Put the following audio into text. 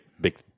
big